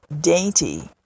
dainty